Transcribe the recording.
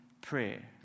prayer